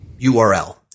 URL